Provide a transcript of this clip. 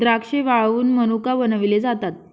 द्राक्षे वाळवुन मनुका बनविले जातात